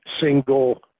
single